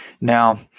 Now